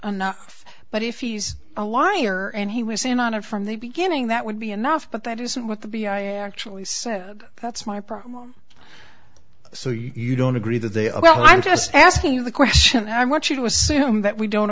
enough but if he's a liar and he was seen on a from the beginning that would be enough but that isn't what the b i actually said that's my problem so you don't agree that they are well i'm just asking you the question and i want you to assume that we don't